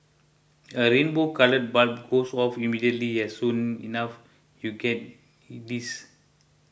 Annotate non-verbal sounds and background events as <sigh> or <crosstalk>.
a rainbow coloured bulb goes off immediately and soon enough you get <unintelligible> this